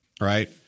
Right